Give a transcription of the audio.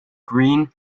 green